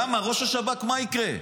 למה, ראש השב"כ, מה יקרה?